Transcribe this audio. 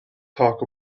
talk